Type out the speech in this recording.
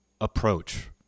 approach